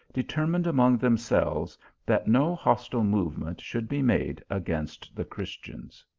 determined among themselves that no hostile movement should be made against the christians.